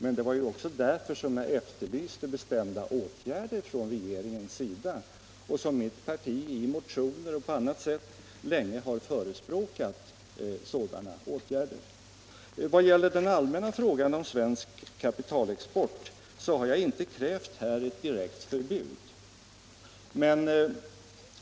Men det var ju också därför som jag efterlyste bestämda åtgärder från regeringens sida, och det är därför som mitt parti i motioner och på annat sätt länge har förespråkat sådana åtgärder. Vad gäller den allmänna frågan om svensk kapitalexport, så har jag inte krävt ett direkt förbud.